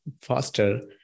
faster